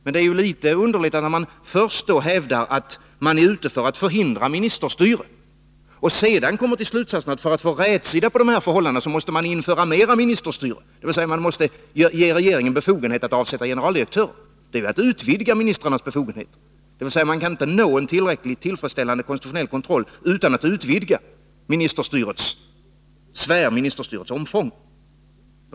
Men det är ju litet underligt att när man då först hävdar att man är ute för att förhindra ministerstyre och sedan kommer till slutsatsen att för att få rätsida på de här förhållandena måste man införa mera ministerstyre, dvs. man måste ge regeringen befogenhet att avsätta generaldirektörer. Det är att utvidga ministrarnas befogenheter. Man kan inte nå en tillräckligt tillfredsställande konstitutionell kontroll utan att utvidga ministerstyrets omfång.